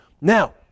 Now